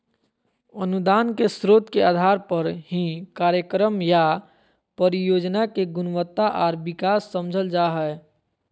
अनुदान के स्रोत के आधार पर ही कार्यक्रम या परियोजना के गुणवत्ता आर विकास समझल जा हय